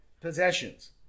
possessions